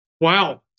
wow